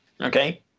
okay